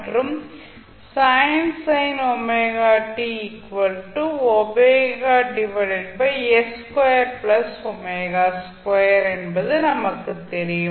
மற்றும் என்பது நமக்கு தெரியும்